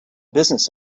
business